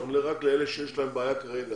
אנחנו נלך רק על אלה שיש להם בעיה כרגע,